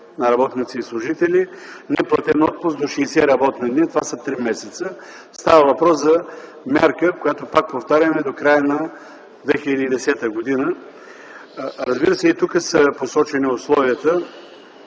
на работници и служители, неплатен отпуск до 60 работни дни, това са три месеца. Става въпрос за мярка, която е до края на 2010 г. Разбира се, и тук са посочени условията: